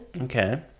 okay